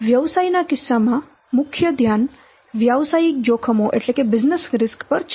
તેથી વ્યવસાયના કિસ્સામાં મુખ્ય ધ્યાન વ્યવસાયિક જોખમો પર છે